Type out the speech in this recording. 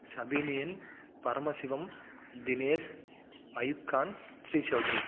Sabinian Paramasivam Dinesh Ayub Khan Sri Chaudhary